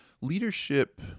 Leadership